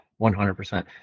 100%